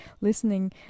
listening